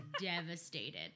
devastated